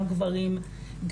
גם גברים,